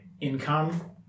income